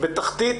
בתחתית.